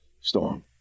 storm